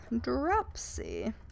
dropsy